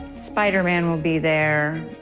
spiderman will be there.